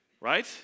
right